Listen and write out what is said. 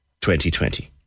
2020